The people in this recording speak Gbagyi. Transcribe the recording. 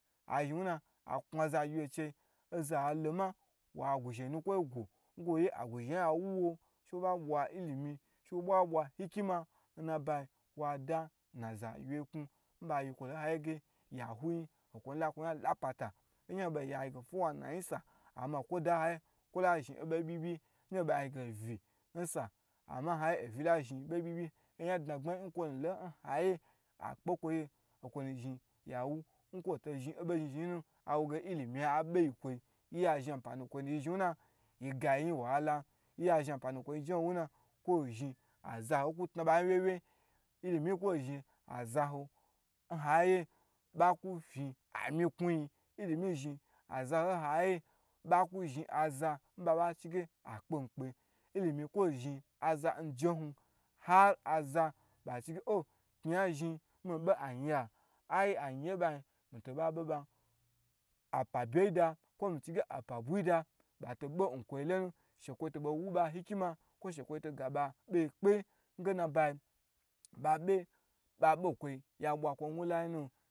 Azhin wuna aknu za agyiwye n chei oza loma wa aguzheyi nukwoyi wa zhin wuna wa da za agyiwye knu ba yi kwo ha yi ge yawu yin nkwo nu la kwo yan lapata oyan bo yin ayi ge 419 nsa ama kwola zhi obo byi byi yi, yan ho bei nyi n ayige ovi ama kwo zhin bo byi byi byi oyan dna gbma yi nkwo lo nkwonu zhi yawu kwo yi to zhin obo manayi nu ya zhi apma n kwoyi yi ga yinyi wahala kwoyi zhin azaho ku tna bayi wye wye yi, ilimi zhi azaho ba ka fi ga miknu yin ilimi zhi azaho baku zhin n ba ba chi ge akpe mi kpe ilimi kwo zhin aza ba chi ge oh kni ya zhin mi be ayin ye ha ayi ayin ye ba yin mi to bo ba be ban apabe yi da kwo apa buyi da to bei be nkwo lonu kwo mi chi gu she kwo to bei wu be hikima kwo shekwo to ga ba ba ye kpe nge na ba yi ba be nkwo yi n wu la yi nu.